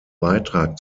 beitrag